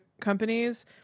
companies